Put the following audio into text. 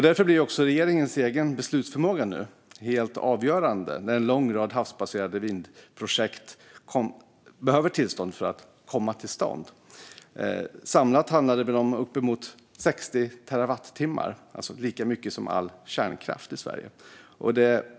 Därför blir regeringens egen beslutsförmåga nu helt avgörande när en lång rad havsbaserade vindkraftsprojekt behöver tillstånd för att komma till stånd. Samlat handlar det väl om uppemot 60 terawattimmar, alltså lika mycket som all kärnkraft i Sverige.